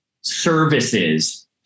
services